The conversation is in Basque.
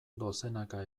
dozenaka